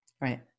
Right